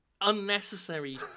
unnecessary